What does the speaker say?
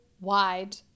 wide